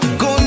go